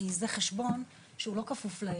כי זה חשבון של כפוף לחוק,